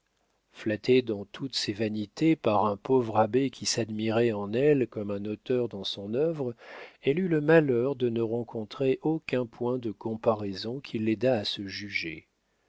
flattée dans toutes ses vanités par un pauvre abbé qui s'admirait en elle comme un auteur dans son œuvre elle eut le malheur de ne rencontrer aucun point de comparaison qui l'aidât à se juger